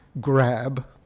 grab